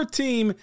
team